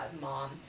mom